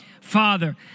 Father